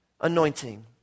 anointing